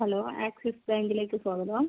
hello Axis ബാങ്കിലേക്ക് സ്വാഗതം